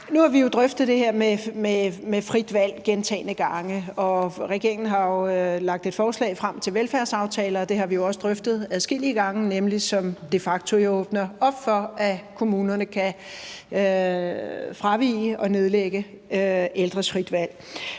Nu har vi jo drøftet det her med frit valg gentagne gange, og regeringen har lagt et forslag til velfærdsaftaler frem, hvilket vi også har drøftet adskillige gange, og som jo de facto åbner op for, at kommunerne kan fravige og nedlægge ældres frie valg.